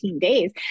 days